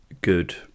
good